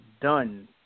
done